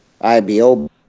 IBO